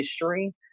history